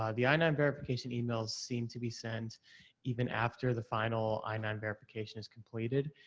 um the i nine verification emails seem to be sent even after the final i nine verification is completed?